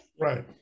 right